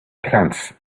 plants